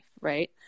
Right